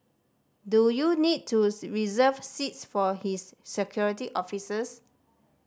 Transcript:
do you need to reserve seats for his Security Officers